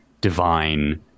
divine